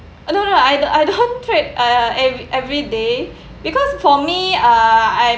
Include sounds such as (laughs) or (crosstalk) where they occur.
I don't know I don~ I don't (laughs) trade uh ev~ every day because for me uh I